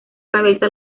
cabeza